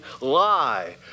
lie